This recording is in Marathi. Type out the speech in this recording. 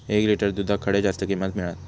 एक लिटर दूधाक खडे जास्त किंमत मिळात?